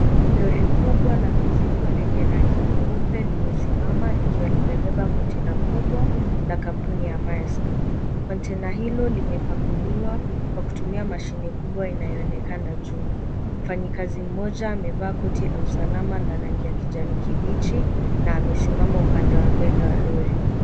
Lori kubwa na mizigo lenye rangi nyeupe limesimama likiwa limebeba container kubwa la kampuni ya MAERSK. Container hilo limepakuliwa kwa kutumia mashine kubwa inayoonekana juu. Mfanyikazi mmoja amevaa koti la usalama na rangi ya kijani kibichi na amesimama upande wa mbele wa lori.